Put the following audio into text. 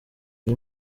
iyi